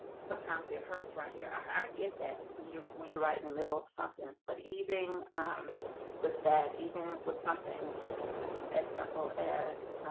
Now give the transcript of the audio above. sometimes it hurts right here. i'll get that you right in the middle of something but even with that even with something as simple as